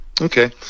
Okay